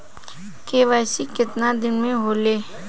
KYC कितना दिन में होले?